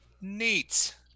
Neat